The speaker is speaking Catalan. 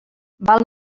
val